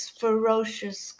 ferocious